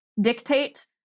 dictate